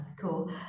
cool